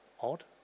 odd